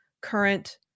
current